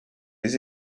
les